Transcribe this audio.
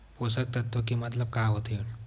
पोषक तत्व के मतलब का होथे?